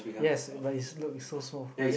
yes but his look is so small like that